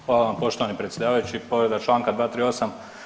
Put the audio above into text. Hvala vam poštovani predsjedavajući, povreda čl. 238.